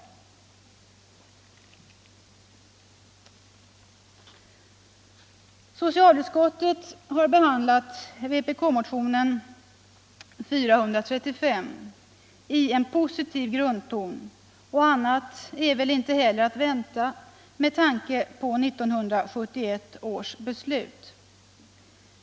Socialutskottets skrivning om motionen 435 har en positiv grundton och annat var väl inte heller att vänta med tanke på 1971 års beslut.